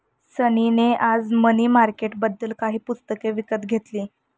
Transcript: सनी ने आज मनी मार्केटबद्दल काही पुस्तके विकत घेतली